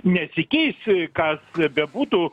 nesikeis kas bebūtų